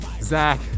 Zach